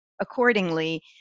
accordingly